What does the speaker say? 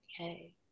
Okay